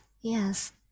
yes